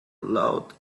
loud